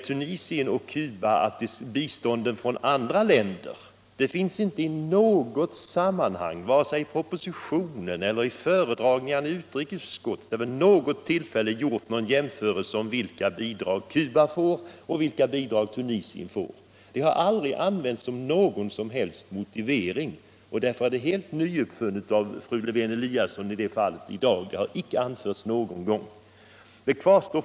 Cuba och Tunisien är mycket jämförbara. Men varken i propositionen, i föredragningarna i utrikesutskottet eller vid något annat tillfälle har det gjorts någon jämförelse mellan de totala bidrag Cuba får och de bidrag Tunisien får. Detta har inte använts som motivering. Det är helt nyuppfunnet av fru Lewén-Eliasson i dag och har inte anförts någon gång tidigare.